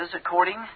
according